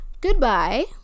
Goodbye